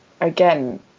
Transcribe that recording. again